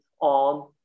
on